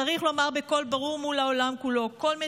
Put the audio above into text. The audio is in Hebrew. צריך לומר בקול ברור מול העולם כולו: כל